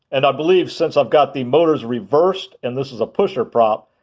and i believe since i've got the motors reversed and this is a pusher prop,